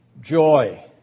joy